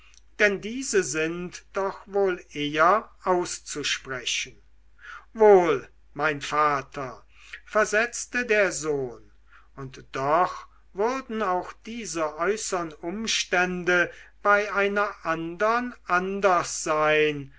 denn diese sind doch wohl eher auszusprechen wohl mein vater versetzte der sohn und doch würden auch diese äußeren umstände bei einer andern anders sein